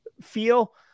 feel